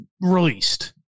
released